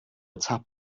tap